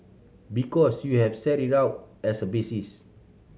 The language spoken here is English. because you have set it out as a basis